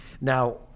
Now